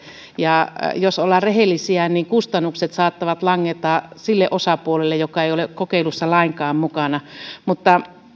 ja jos ollaan rehellisiä kustannukset saattavat langeta sille osapuolelle joka ei ole kokeilussa lainkaan mukana mutta